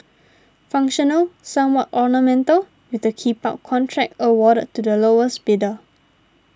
functional somewhat ornamental with the keep up contract awarded to the lowest bidder